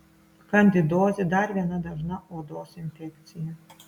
kandidozė dar viena dažna odos infekcija